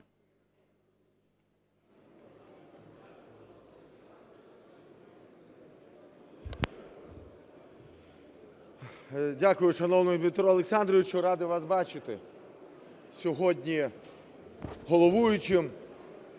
Дякую. Шановний Дмитре Олександровичу, радий вас бачити сьогодні головуючим.